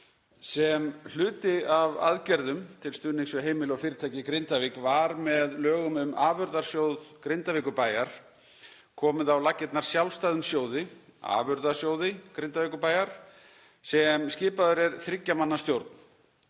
Sem hluti af aðgerðum til stuðnings við heimili og fyrirtæki í Grindavík var með lögum um Afurðasjóð Grindavíkurbæjar komið á laggirnar sjálfstæðum sjóði, Afurðasjóði Grindavíkurbæjar, sem skipaður er þriggja manna stjórn.